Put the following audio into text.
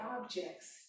objects